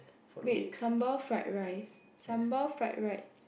wait sambal fried rice sambal fried rice